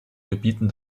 gebieten